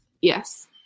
Yes